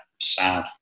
Sad